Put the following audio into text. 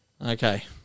Okay